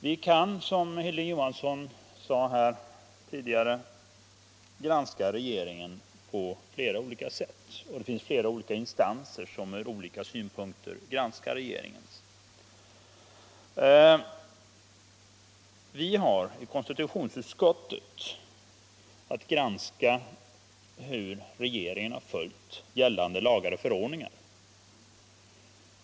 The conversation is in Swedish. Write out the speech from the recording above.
Vi kan, som Hilding Johansson i Trollhättan tidigare sade, granska regeringens handläggning av sina uppgifter på flera olika sätt, och det finns flera olika instanser som från olika synpunkter gör det. Vi har i konstitutionsutskottet att granska hur regeringen följt gällande lagar och förordningar.